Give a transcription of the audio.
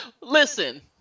Listen